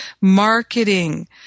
Marketing